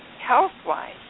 health-wise